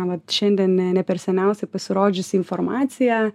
vat šiandien ne per seniausiai pasirodžiusi informacija